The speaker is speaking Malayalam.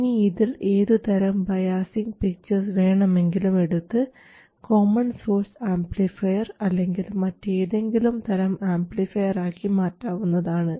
ഇനി ഇതിൽ ഏതുതരം ബയാസിംഗ് പിക്ചർസ് വേണമെങ്കിലും എടുത്ത് കോമൺ സോഴ്സ് ആംപ്ലിഫയർ അല്ലെങ്കിൽ മറ്റേതെങ്കിലും തരം ആംപ്ലിഫയർ ആക്കി മാറ്റാവുന്നതാണ്